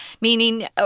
meaning